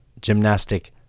gymnastic